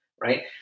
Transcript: Right